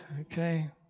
okay